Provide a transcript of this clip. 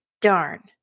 Darn